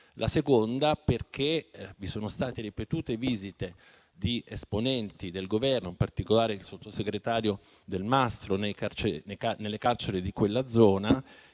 La seconda è che vi sono state ripetute visite di esponenti del Governo, in particolare del sottosegretario Delmastro Delle Vedove, nelle carceri di quella zona,